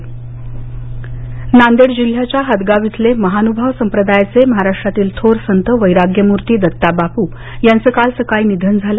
बापू निधन नांदेड जिल्ह्याच्या हदगाव इथले महानुभाव संप्रदायाचे महाराष्ट्रातील थोर संत वैराग्यमूर्ती दत्ता बापू यांच काल सकाळी निधन झालं